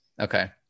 Okay